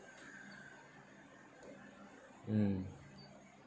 mm